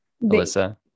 Melissa